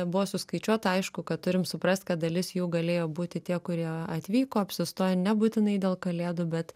buvo suskaičiuota aišku kad turim suprast kad dalis jų galėjo būti tie kurie atvyko apsistojo nebūtinai dėl kalėdų bet